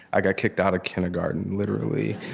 i got kicked out of kindergarten, literally.